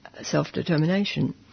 self-determination